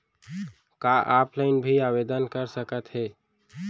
का ऑफलाइन भी आवदेन कर सकत हे?